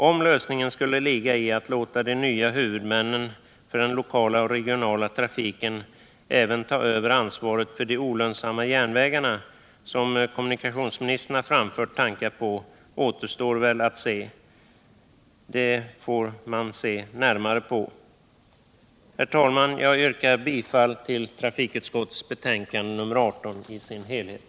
Om den lösningen skulle ligga i att låta de nya huvudmännen för den lokala och regionala trafiken även ta över ansvaret för de olönsamma järnvägarna, som kommunikationsministern har framfört tankar på, återstår väl att se — och det bör man se närmare på. Herr talman! Jag yrkar bifall till trafikutskottets betänkande nr 18 i dess helhet.